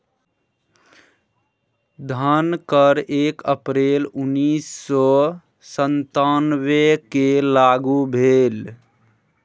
धन कर एक अप्रैल उन्नैस सौ सत्तावनकेँ लागू भेल